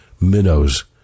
minnows